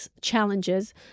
challenges